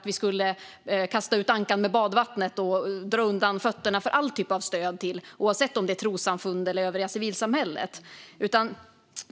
Vi ska inte kasta ut barnet med badvattnet och slå undan benen för allt stöd, oavsett om det är till trossamfund eller till övriga civilsamhället.